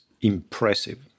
impressive